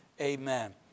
Amen